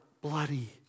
bloody